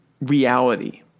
reality